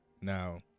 now